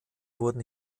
wurden